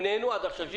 הם נהנו עד עכשיו.